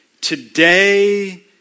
Today